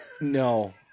No